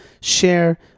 share